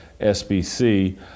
SBC